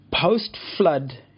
Post-flood